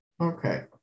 Okay